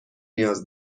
نیاز